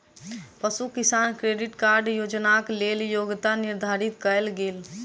पशु किसान credit card योजनाक लेल योग्यता निर्धारित कयल गेल